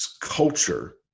culture